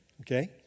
okay